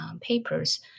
papers